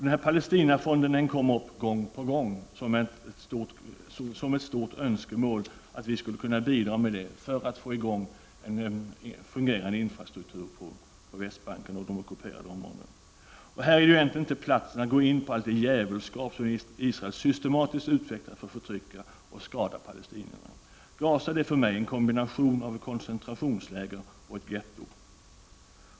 Gång på gång togs frågan om Palestinafonden upp, och det var ett stort önskemål att Sverige skulle kunna bidra med en sådan för att få i gång en fungerande infrastruktur på Västbanken och i de ockuperade områdena. Det finns här inte utrymme för att gå in på allt det djävulskap som Israel systematiskt utvecklar för att förtrycka och skada palestinierna. Gaza är för mig en kombination av ett koncentrationsläger och ett getto.